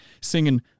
singing